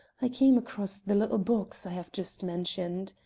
i came across the little box i have just mentioned.